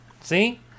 See